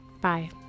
Bye